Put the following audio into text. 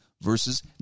versus